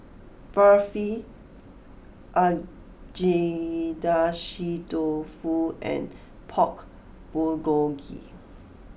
Barfi Agedashi Dofu and Pork Bulgogi